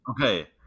Okay